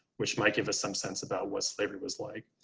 which might give us some sense about what slavery was like.